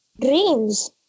dreams